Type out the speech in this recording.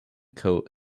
coat